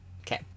Okay